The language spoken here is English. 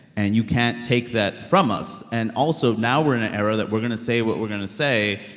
and you can't take that from us and also, now we're in an era that we're going to say what we're going to say,